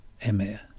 Emir